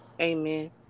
Amen